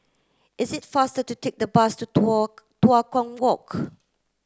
is it faster to take the bus to Tua Kong Walk